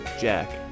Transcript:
Jack